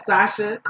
Sasha